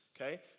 okay